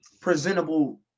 presentable